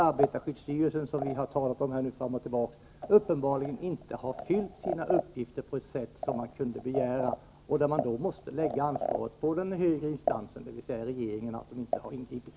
Arbetarskyddsstyrelsen, som vi har talat om fram och tillbaka, har uppenbarligen inte fyllt sina uppgifter på det sätt som man kunde begära. Därför måste man lägga ansvaret på den högre instansen, dvs. regeringen, för att denna inte har ingripit.